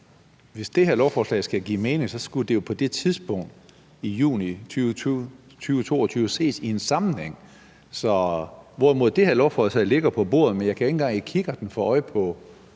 hvis det her lovforslag skulle give mening, skulle det jo på det tidspunkt i juni 2022 ses i en sammenhæng. Men i det her lovforslag, der ligger på bordet, kan jeg ikke engang med kikkert få øje på